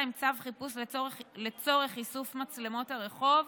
עם צו חיפוש לצורך איסוף מצלמות הרחוב,